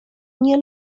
nie